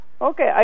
Okay